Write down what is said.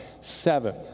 seven